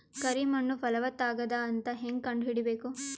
ಕರಿ ಮಣ್ಣು ಫಲವತ್ತಾಗದ ಅಂತ ಹೇಂಗ ಕಂಡುಹಿಡಿಬೇಕು?